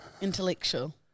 Intellectual